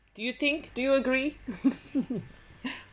do you think do you agree